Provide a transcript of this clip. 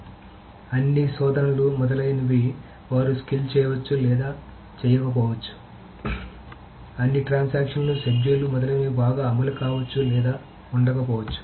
కాబట్టి అన్ని శోధనలు మొదలైనవి వారు స్కేల్ చేయవచ్చు లేదా చేయకపోవచ్చు అన్ని ట్రాన్సాక్షన్ లు షెడ్యూల్లు మొదలైనవి బాగా అమలు కావచ్చు లేదా ఉండకపోవచ్చు